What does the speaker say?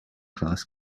class